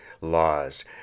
laws